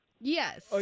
Yes